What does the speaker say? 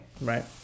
right